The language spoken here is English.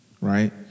right